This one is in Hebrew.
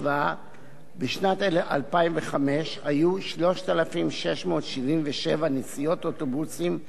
בשנת 2005 היו 3,677 נסיעות אוטובוסים ביום חול